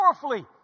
powerfully